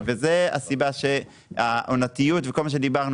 זו הסיבה שהעונתיות וכל מה שדיברנו